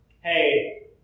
hey